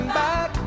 back